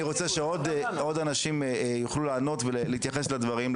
רוצה שעוד אנשים יוכלו לענות ולהתייחס לדברים.